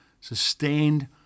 Sustained